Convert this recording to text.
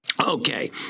Okay